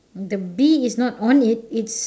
the bee is not on it it's